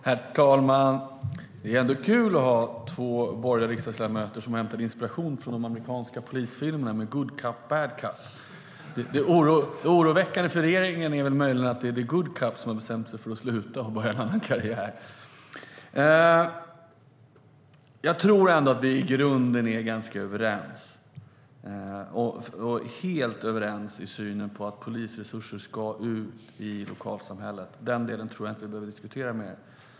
Herr talman! Det är kul att det finns två borgerliga riksdagsledamöter här som har hämtat inspiration från amerikanska polisfilmer med good cop and bad cop. Det är väl möjligen oroväckande för regeringen att det är the good cop som har bestämt sig för att sluta och börja en annan karriär. Vi är i grunden överens, och vi är helt överens i synen på att polisresurser ska ut i lokalsamhället. Den delen behöver vi inte diskutera mer.